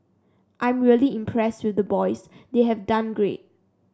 I'm really impressed with the boys they have done great